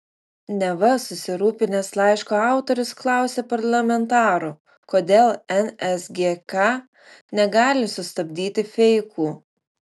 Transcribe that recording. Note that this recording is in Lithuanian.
neva susirūpinęs laiško autorius klausė parlamentarų kodėl nsgk negali sustabdyti feikų